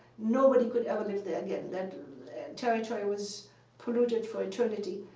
nobody could ever live there again. that territory was polluted for eternity.